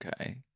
okay